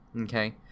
okay